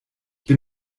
bin